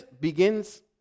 begins